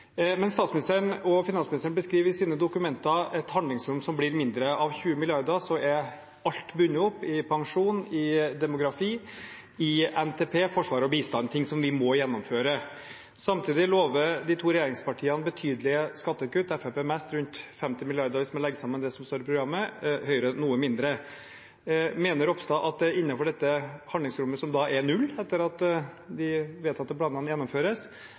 Men statsministeren og finansministeren beskriver i sine dokumenter et handlingsrom som blir mindre. Av 20 mrd. kr er alt bundet opp i pensjon, i demografi, i NTP, i forsvar og i bistand, ting som vi må gjennomføre. Samtidig lover de to regjeringspartiene betydelige skattekutt – Fremskrittspartiet mest, rundt 50 mrd. kr hvis man legger sammen det som står i programmet, Høyre noe mindre. Mener representanten Ropstad at skattekutt bør prioriteres innenfor dette handlingsrommet, som er null etter at de vedtatte planene gjennomføres,